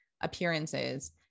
appearances